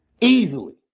Easily